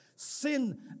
Sin